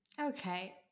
okay